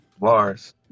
Bars